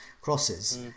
crosses